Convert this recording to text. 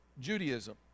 Judaism